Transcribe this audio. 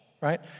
right